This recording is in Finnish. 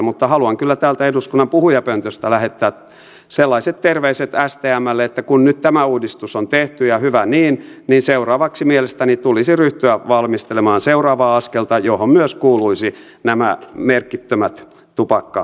mutta haluan kyllä täältä eduskunnan puhujapöntöstä lähettää sellaiset terveiset stmlle että kun nyt tämä uudistus on tehty ja hyvä niin niin seuraavaksi mielestäni tulisi ryhtyä valmistelemaan seuraavaa askelta johon kuuluisi myös nämä merkittömät tupakka askit